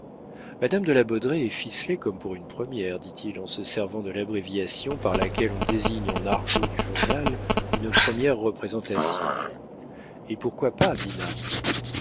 madame de la baudraye est ficelée comme pour une première dit-il en se servant de l'abréviation par laquelle on désigne en argot de journal une première représentation et pourquoi pas dinah